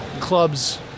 clubs